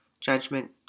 judgment